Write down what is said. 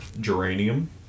Geranium